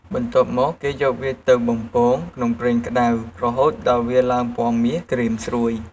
បន្ទាប់មក គេយកវាទៅ បំពង ក្នុងប្រេងក្ដៅរហូតដល់វាឡើងពណ៌មាស ក្រៀមស្រួយ។